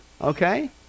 Okay